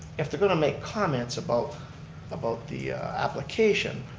if they're going to make comments about about the application,